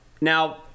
Now